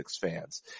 fans